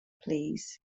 plîs